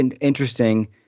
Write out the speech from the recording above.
interesting